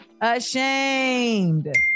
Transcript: Ashamed